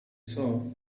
saw